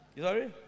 Sorry